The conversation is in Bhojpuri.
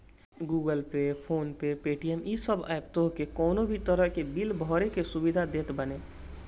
Google pay, phone pay, Paytm इ सब एप्प तोहके कवनो भी तरही के बिल भरे के सुविधा देत बाने